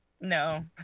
No